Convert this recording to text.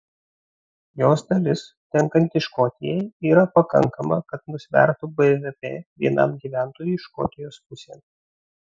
jos dalis tenkanti škotijai yra pakankama kad nusvertų bvp vienam gyventojui škotijos pusėn